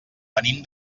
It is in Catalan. venim